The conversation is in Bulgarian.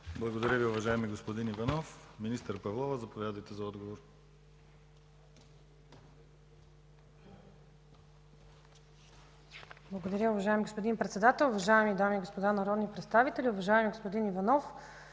Благодаря, уважаеми господин Иванов. Министър Павлова, заповядайте за отговор. МИНИСТЪР ЛИЛЯНА ПАВЛОВА: Благодаря, уважаеми господин Председател. Уважаеми дами и господа народни представители! Уважаеми господин Иванов,